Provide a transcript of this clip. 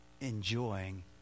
enjoying